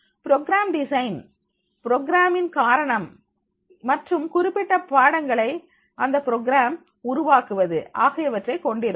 program design program இன் காரணம் மற்றும் குறிப்பிட்ட பாடங்களை அந்த ப்ரோக்ராம் 9programஉருவாக்குவது ஆகியவற்றை கொண்டிருக்கும்